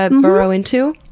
ah burrow into?